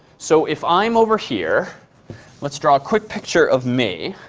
so if i'm over here let's draw a quick picture of me.